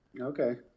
Okay